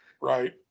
right